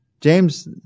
James